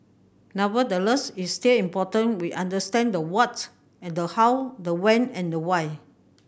nevertheless it's still important we understand the what and the how the when and the why